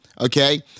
okay